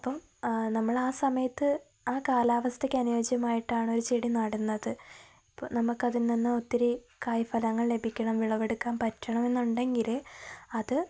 അപ്പം നമ്മള് ആ സമയത്ത് ആ കാലാവസ്ഥയ്ക്ക് അനുയോജ്യമായിട്ടാണ് ഒരു ചെടി നടുന്നത് ഇപ്പോള് നമുക്കതിൽ നിന്ന് ഒത്തിരി കായ് ഫലങ്ങൾ ലഭിക്കണം വിളവെടുക്കാൻ പറ്റണമെന്നുണ്ടെങ്കില് അത്